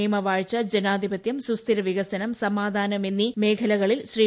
നിയ്മവാഴ്ച ജനാധിപത്യം സുസ്ഥിരവികസനം സമായാൻം എന്നീ വിഷയങ്ങളിൽ ശ്രീ